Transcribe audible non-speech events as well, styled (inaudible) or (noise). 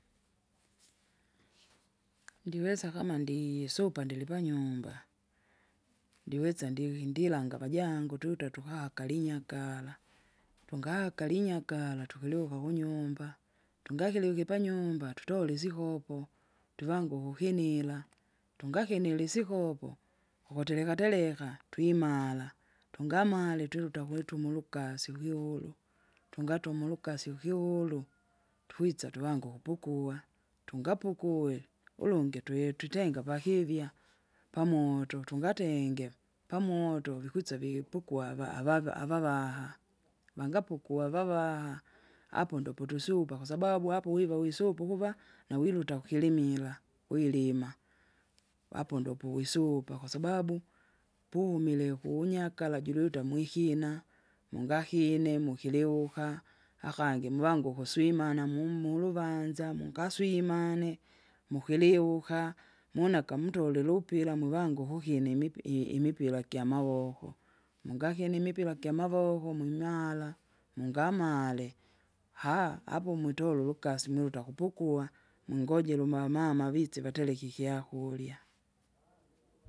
(noise) ndiweza kama ndi- supa ndilipanyumba, ndiwesa ndihi- ndilanga pajangu tute tuka! kalinyakala, tungaka kalinyakala tukilwoka kunyumba, tungakile ukipanyumba tutole isikopo, tuvange ukukinila. Tungakinile isikopo, ukutereka tereka, twimala, tungamala twiluta kwetumu ulukasi viulu (noise) tungatuma ulukasi ukiwulu (noise) twikitsa tuvange ukupukua. Tungapukuwe, ulungi twitwitenga pakivya pamoto, tungatengeo, pamoto vikwisa vipukwa ava- avava- avavaha, vangapukue avavaha, apo ndopotusyupa kwasababu apo wiva wisupa ukuva, nawiruta kukilimira, wirima, apo ndopowisupa kwasababu! pumile ukunyakala jiluta mwikina, mungakine mukiliwuka. Akangi muwanguku swimana mu- muluvanza mukaswimane, mukiliwuka, munaka mutole lupila mwivangu uhukina imipi- imipira kyamawoko. Mungakine imipira kyamavoko mwing'ara, mungamale haa! apo mwitole ulukasi muluta kupukuw, mwingojere uma mama vitse vatereke ikyakurya. (noise)